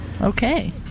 Okay